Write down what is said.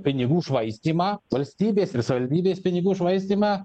pinigų švaistymą valstybės ir savivaldybės pinigų švaistymą